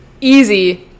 easy